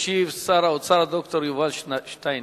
ישיב שר האוצר, ד"ר יובל שטייניץ.